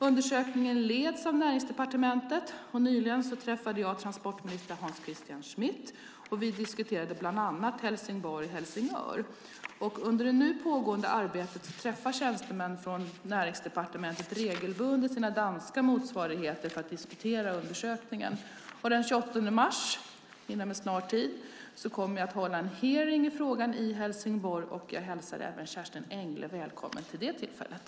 Undersökningen leds av Näringsdepartementet. Nyligen träffade jag transportminister Hans Christian Schmidt, och vi diskuterade bland annat Helsingborg-Helsingör. Under det nu pågående arbetet träffar tjänstemän från Näringsdepartementet regelbundet sina danska motsvarigheter för att diskutera undersökningen. Den 28 mars kommer jag att hålla en hearing i frågan i Helsingborg, och jag hälsar även Kerstin Engle välkommen vid det tillfället.